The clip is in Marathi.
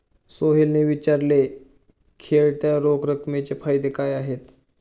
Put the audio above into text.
सोहेलने विचारले, खेळत्या रोख रकमेचे फायदे काय आहेत?